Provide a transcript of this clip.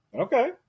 Okay